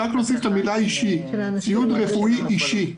רק להוסיף את המילה "אישי": "ציוד רפואי אישי".